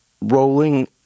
rolling